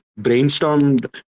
brainstormed